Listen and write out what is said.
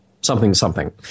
something-something